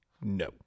No